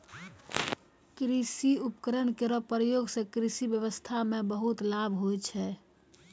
कृषि उपकरण केरो प्रयोग सें कृषि ब्यबस्था म बहुत लाभ होय छै